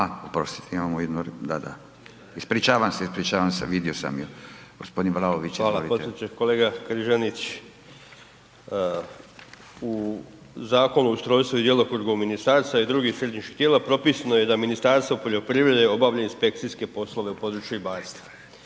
A oprostite imamo jednu, da, da, ispričavam se, ispričavam se, vidio sam ju. Gospodin Vlaović, izvolite. **Vlaović, Davor (HSS)** Hvala potpredsjedniče. Kolega Krizanić u Zakonu o ustrojstvu i djelokrugu ministarstva i drugih središnjih tijela propisano je da Ministarstvo poljoprivrede obavlja inspekcijske poslove u području ribarstva.